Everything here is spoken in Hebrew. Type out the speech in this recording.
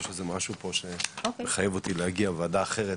יש משהו שמחייב אותי להגיע לוועדה אחרת,